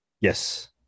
yes